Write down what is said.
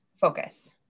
focus